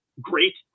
great